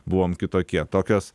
buvom kitokie tokios